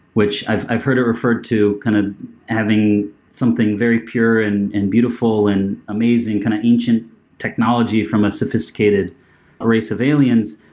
which i've i've heard it referred to kind of having something very pure and and beautiful and amazing, kind of ancient technology from a sophisticated race of aliens,